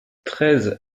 treize